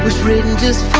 written just